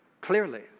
Clearly